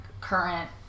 current